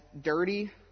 dirty